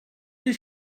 did